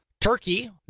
Turkey